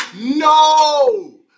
No